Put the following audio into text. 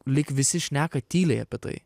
lyg visi šneka tyliai apie tai